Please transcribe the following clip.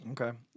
Okay